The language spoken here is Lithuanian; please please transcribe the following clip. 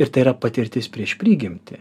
ir tai yra patirtis prieš prigimtį